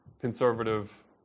conservative